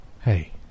Hey